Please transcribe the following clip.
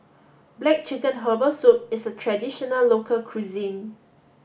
black chicken herbal soup is a traditional local cuisine